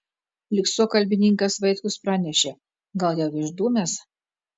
lyg suokalbininkas vaitkus pranešė gal jau išdūmęs